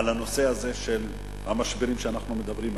על הנושא הזה של המשברים שאנחנו מדברים עליהם,